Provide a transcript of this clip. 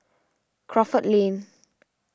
Crawford Lane